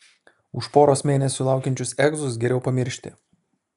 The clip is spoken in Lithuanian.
už poros mėnesių laukiančius egzus geriau pamiršti